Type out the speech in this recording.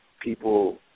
people